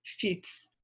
fits